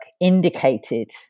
indicated